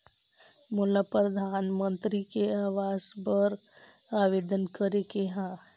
मोला परधानमंतरी आवास बर आवेदन करे के हा?